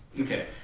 Okay